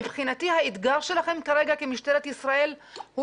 מבחינתי האתגר שלכם כרגע כמשטרת ישראל הוא